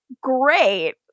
great